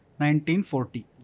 1940